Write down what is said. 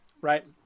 right